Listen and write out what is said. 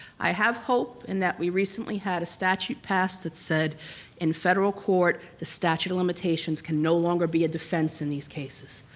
i have hope in that we recently had a statute passed that said in federal court the statute of limitations can no longer be a defense in these cases.